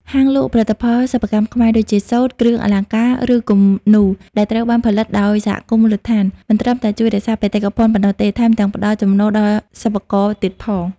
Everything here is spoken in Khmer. ហាងលក់ផលិតផលសិប្បកម្មខ្មែរ ដូចជាសូត្រ គ្រឿងអលង្ការ ឬគំនូរ ដែលត្រូវបានផលិតដោយសហគមន៍មូលដ្ឋាន មិនត្រឹមតែជួយរក្សាបេតិកភណ្ឌប៉ុណ្ណោះទេ ថែមទាំងផ្តល់ចំណូលដល់សិប្បករទៀតផង។